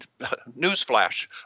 newsflash